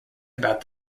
about